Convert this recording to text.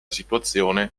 situazione